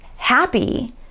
happy